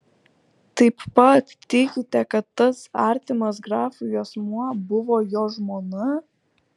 taip pat tikite kad tas artimas grafui asmuo buvo jo žmona